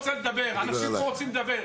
אנשים פה רוצים לדבר.